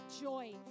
joy